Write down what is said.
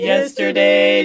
Yesterday